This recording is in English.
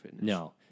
No